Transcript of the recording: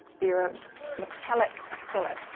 they're a metallic acrylic.